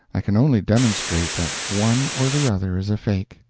i can only demonstrate that one or the other is a fake,